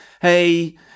hey